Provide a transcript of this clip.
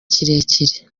kirekire